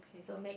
so make